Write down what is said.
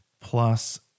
plus